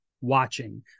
watching